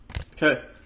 Okay